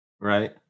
Right